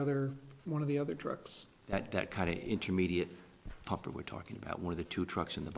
other one of the other drugs that that kind of intermediate popper we're talking about one of the two trucks in the